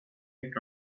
yet